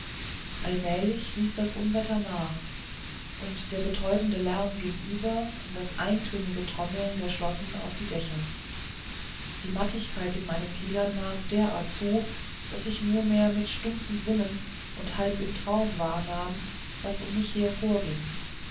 allmählich ließ das unwetter nach und der betäubende lärm ging über in das eintönige trommeln der schloßen auf die dächer die mattigkeit in meinen gliedern nahm derart zu daß ich nur mehr mit stumpfen sinnen und halb im traum wahrnahm was um mich her vorging